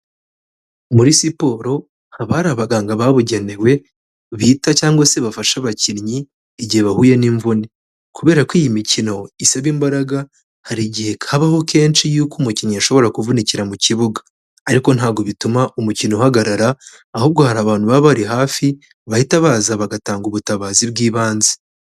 Muri siporo, haba hari abaganga babugenewe, bita cyangwa se bafasha abakinnyi, igihe bahuye n'imvune. Kubera ko iyi mikino isaba imbaraga, hari igihe habaho kenshi yuko umukinnyi ashobora kuvunikira mu kibuga. Ariko ntabwo bituma umukino uhagarara, ahubwo hari abantu baba bari hafi, bahita baza bagatanga ubutabazi bw'ibanze.